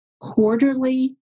quarterly